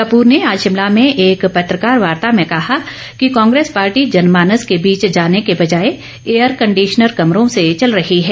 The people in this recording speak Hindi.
कपूर ने आज शिमला में एक पत्रकार वार्ता में कहा कि कांग्रेस पार्टी जनमानस के बीच जाने के बजाए एयरकंडिशनर कमरों से चल रही है